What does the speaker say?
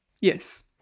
Yes